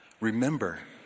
Remember